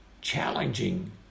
challenging